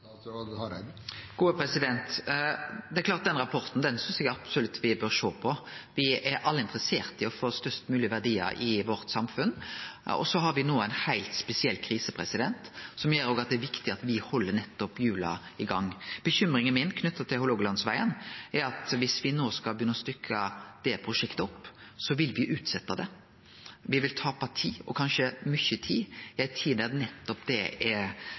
Det er klart at den rapporten synest eg absolutt me bør sjå på. Me er alle interesserte i å få størst mogleg verdiar i samfunnet vårt. Me har no ein heilt spesiell krise, som gjer at det er viktig at me nettopp held hjula i gang. Bekymringa mi knytt til Hålogalandsvegen er at dersom me no skal begynne å stykkje det prosjektet opp, vil me utsetje det. Me vil tape tid, og kanskje mykje tid, i ei tid der eg synest nettopp det er